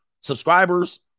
subscribers